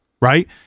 right